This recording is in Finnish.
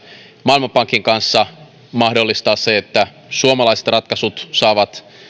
maailmanpankin kanssa mahdollistaa se että suomalaiset ratkaisut saavat